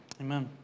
amen